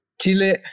Chile